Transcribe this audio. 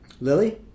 Lily